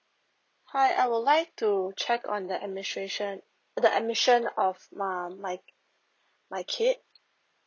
hi I would like to check on the administration the admission of um my my kid